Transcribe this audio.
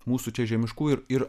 mūsų čia žemiškųjų ir